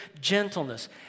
gentleness